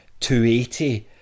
280